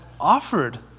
offered